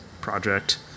project